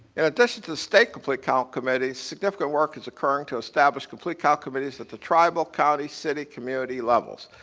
in addition to the state complete count committee, significant work is occurring to establish complete count committees that the tribal county city community levels.